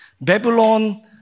Babylon